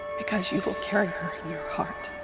because you will carry her in your heart